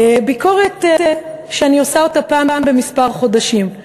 ביקורת שאני עושה פעם בכמה חודשים.